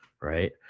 right